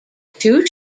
two